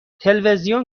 تلویزیون